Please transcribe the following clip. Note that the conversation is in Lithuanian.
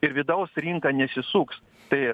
ir vidaus rinka nesisuks tai